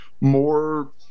more